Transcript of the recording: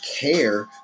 care